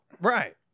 Right